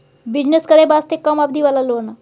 Business करे वास्ते कम अवधि वाला लोन?